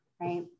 right